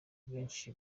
benshi